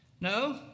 No